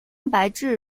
蛋白质